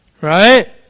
Right